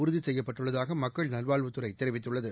உறுதி செய்யப்பட்டுள்ளதாக மக்கள் நல்வாழ்வுத்துறை தெரிவித்துள்ளது